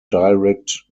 direct